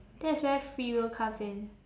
that's where free will comes in